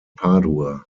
padua